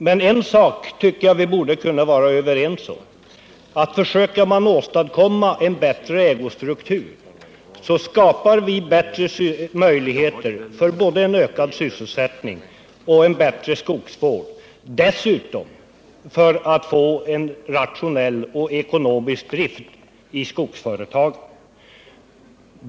Men en sak tycker jag att vi borde kunna vara överens om. Försöker man åstadkomma en bättre ägostruktur, så skapas möjligheter för både en ökad sysselsättning och en bättre skogsvård. Dessutom ökar förutsättningarna för en rationell och ekonomisk drift i skogsföretagen.